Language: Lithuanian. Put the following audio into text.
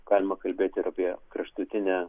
galima kalbėti ir apie kraštutinę